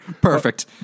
perfect